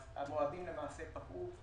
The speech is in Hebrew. שהמועדים פקעו,